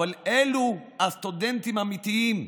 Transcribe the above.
אבל אלו הסטודנטים האמיתיים.